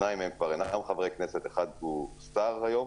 שנים מהם כבר אינם חברי כנסת, אחד הוא שר היום,